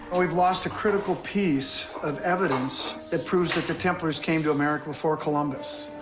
we've lost a critical piece of evidence that proves that the templars came to america before columbus.